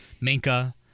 Minka